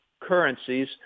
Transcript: currencies